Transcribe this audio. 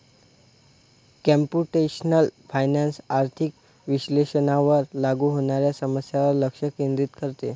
computational finance आर्थिक विश्लेषणावर लागू होणाऱ्या समस्यांवर लक्ष केंद्रित करते